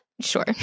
sure